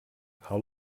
how